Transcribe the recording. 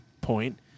point